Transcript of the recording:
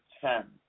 ten